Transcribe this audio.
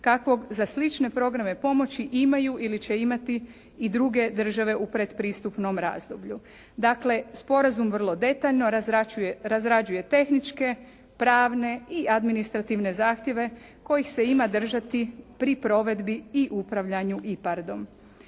kakvog za slične programe pomoći imaju ili će imati i druge države u pretpristupnom razdoblju. Dakle sporazum vrlo detaljno razrađuje tehničke, pravne i administrativne zahtjeve kojih se ima držati pri provedbi i upravljanju IPARD-om.